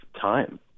time